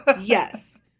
Yes